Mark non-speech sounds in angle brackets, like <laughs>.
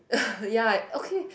<laughs> ya okay